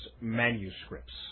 manuscripts